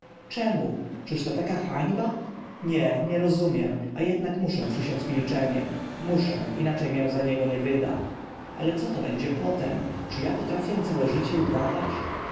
czyż to taka hańba nie nie rozumiem a ednak muszę przysiąc milczenie muszę inacze mię za niego nie wyda ale co to będzie potem czy a potrafię całe życie udawać